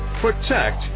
protect